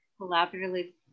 collaboratively